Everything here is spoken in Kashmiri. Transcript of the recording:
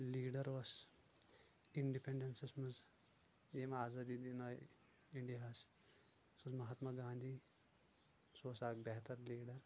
لیٖڈر اوس اِنڈیپنڈنسس منٛز ییٚمہِ آزٲدی دیانٲو اِنٛڈیاہَس سُہ اوس مہاتماگنٛدی سُہ اوس اکھ بہتر لیٖڈر